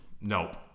Nope